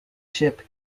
ship